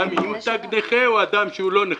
אדם עם תג נכה או אדם שהוא לא נכה?